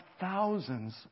thousands